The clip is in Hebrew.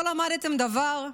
לא למדתם דבר?